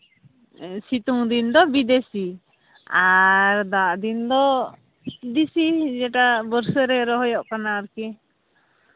ᱥᱤᱛᱩᱝ ᱫᱤᱱ ᱫᱚ ᱵᱤᱫᱮᱥᱤ ᱟᱨ ᱫᱟᱜ ᱫᱤᱱ ᱫᱚ ᱫᱤᱥᱤ ᱡᱮᱴᱟ ᱵᱚᱨᱥᱟ ᱨᱮ ᱨᱚᱦᱚᱭᱚᱜ ᱠᱟᱱᱟ ᱟᱨᱠᱤ